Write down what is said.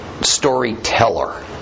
storyteller